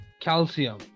calcium